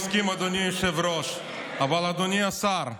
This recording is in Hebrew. אני מסכים, אדוני היושב-ראש, אבל אדוני השר,